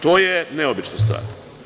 To je neobična stvar.